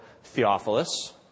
Theophilus